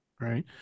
Right